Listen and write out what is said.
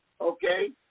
Okay